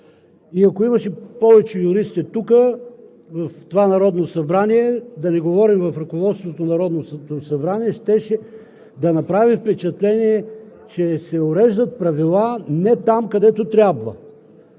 И ако имаше повече юристи тук, в това Народно събрание, да не говорим в ръководството на Народното събрание, щеше да направи впечатление, че правилата се уреждат не там, където трябва.